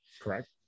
Correct